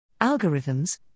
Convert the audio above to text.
Algorithms